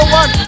one